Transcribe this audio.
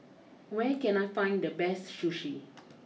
where can I find the best Sushi